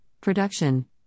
production